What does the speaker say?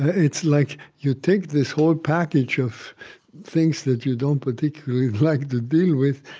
it's like you take this whole package of things that you don't particularly like to deal with,